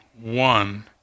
one